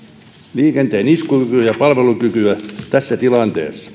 liikenteen iskukykyä ja palvelukykyä tässä tilanteessa